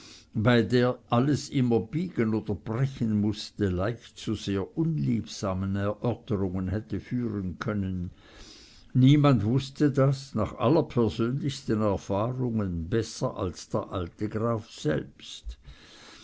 bei der alles immer biegen oder brechen mußte leicht zu sehr unliebsamen erörterungen hätte führen können niemand wußte das nach allerpersönlichsten erfahrungen besser als der alte graf selbst